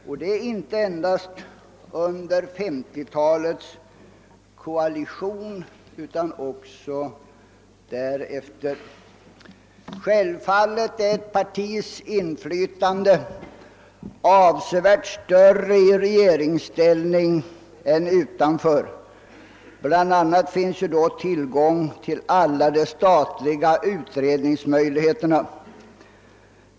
Detta har inte endast gällt under 1950-talets koalition utan också därefter. Självfallet är ett partis inflytande avsevärt större i regeringsställning än utanför. Bl. a. finns då tillgång till alla de statliga utredningsmöjligheterna.